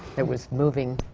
it was moving,